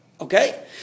Okay